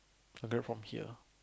Grab from here